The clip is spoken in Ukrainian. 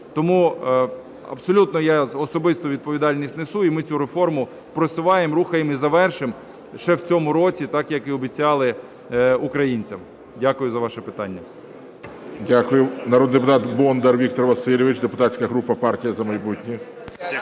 Тому абсолютно я особисту відповідальність несу, і ми цю реформу просуваємо, рухаємо, і завершимо ще в цьому році, так, як і обіцяли українцям. Дякую за ваше питання. ГОЛОВУЮЧИЙ. Дякую. Народний депутат Бондар Віктор Васильович, депутатська група "Партія За майбутнє".